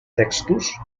textos